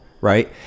right